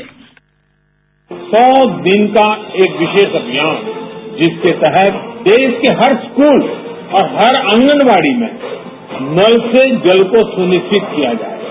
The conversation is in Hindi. साउंड बाईट सौ दिन का एक विशेष अभियान जिससे के तहत देश के हर स्कूल और हर आंगनवाड़ी में नल से जल को सुनिश्चित किया जाएगा